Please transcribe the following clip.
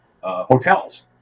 hotels